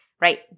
right